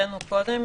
- הקראנו קודם,